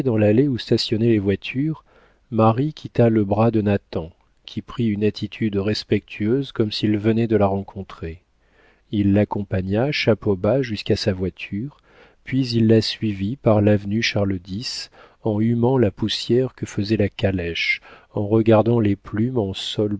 l'allée où stationnaient les voitures marie quitta le bras de nathan qui prit une attitude respectueuse comme s'il venait de la rencontrer il l'accompagna chapeau bas jusqu'à sa voiture puis il la suivit par l'avenue charles x en humant la poussière que faisait la calèche en regardant les plumes en